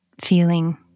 feeling